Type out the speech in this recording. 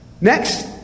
Next